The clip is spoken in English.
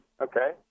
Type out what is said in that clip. Okay